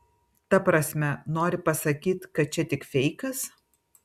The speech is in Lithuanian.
ta prasme nori pasakyt kad čia tik feikas